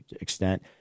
extent